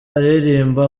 aririmba